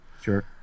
Sure